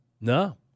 No